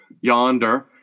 yonder